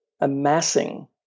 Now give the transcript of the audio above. amassing